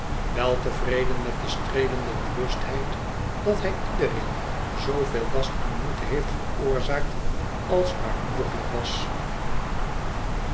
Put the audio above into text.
geh weltevreden met de streelende bewust held dat hij iedereen zooveel last en moeite heeft veroorzaakt als maar mogelyk was